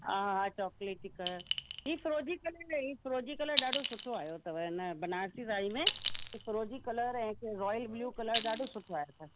हा हा चॉकलेटी कलर हीउ फिरोजी कलर हीउ फिरोजी कलर ॾाढो सुठो आहियो अथव हिन बनारसी साड़ी में हिकु फिरोजी कलर ऐं हिकु रॉयल ब्लू कलर ॾाढो सुठो आहियो अथव